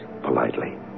politely